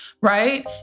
right